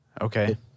Okay